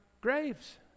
graves